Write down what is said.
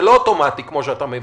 זה לא אוטומטית, כמו שאתה מבין.